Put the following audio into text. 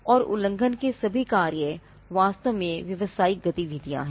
और उल्लंघन के सभी कार्य वास्तव में व्यावसायिक गतिविधियां हैं